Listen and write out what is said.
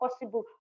possible